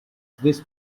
this